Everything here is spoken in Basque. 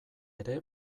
ere